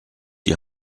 die